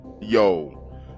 yo